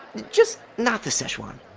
just not the szechuan.